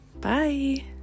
bye